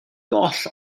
goll